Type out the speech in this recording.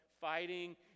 fighting